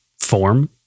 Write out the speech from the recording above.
form